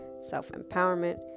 self-empowerment